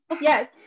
Yes